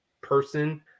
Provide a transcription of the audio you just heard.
person